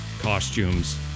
Costumes